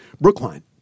Brookline